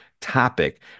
topic